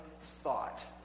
thought